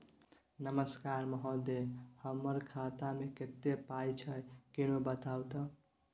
नमस्कार महोदय, हमर खाता मे कत्ते पाई छै किन्ने बताऊ त?